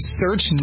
search